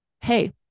hey